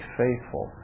faithful